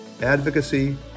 advocacy